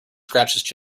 scratched